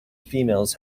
females